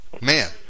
Man